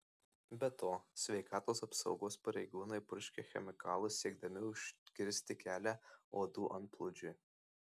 be to sveikatos apsaugos pareigūnai purškia chemikalus siekdami užkirsti kelią uodų antplūdžiui